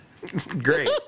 great